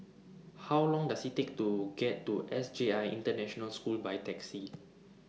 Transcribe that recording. How Long Does IT Take to get to S J I International School By Taxi